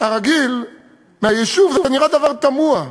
הרגיל מהיישוב זה נראה דבר תמוה: